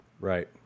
Right